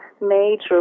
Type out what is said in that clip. major